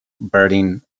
birding